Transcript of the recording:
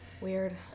Weird